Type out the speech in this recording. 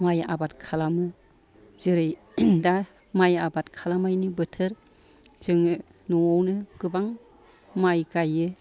माइ आबाद खालामो जेरै दा माइ आबाद खालामनायनि बोथोर जोङो न'आवनो गोबां माइ गायो